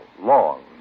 long